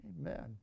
Amen